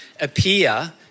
appear